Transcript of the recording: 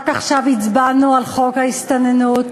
רק עכשיו הצבענו על חוק ההסתננות,